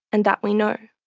and that we know.